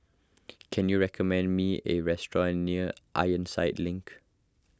can you recommend me a restaurant near Ironside Link